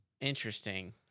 Interesting